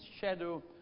shadow